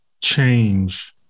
change